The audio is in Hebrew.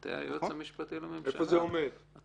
אתה היועץ המשפטי לממשלה,